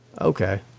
Okay